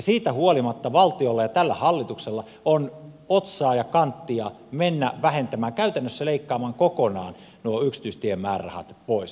siitä huolimatta valtiolla ja tällä hallituksella on otsaa ja kanttia mennä vähentämään käytännössä leikkaamaan kokonaan nuo yksityistiemäärärahat pois